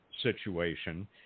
Situation